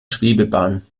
schwebebahn